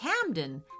Camden